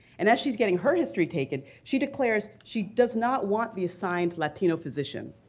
and as she's getting her history taken, she declares she does not want the assigned latino physician.